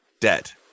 debt